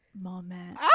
moment